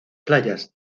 playas